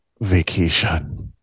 vacation